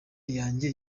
yanjye